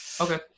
Okay